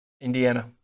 Indiana